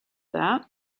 that